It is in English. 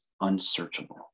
unsearchable